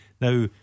Now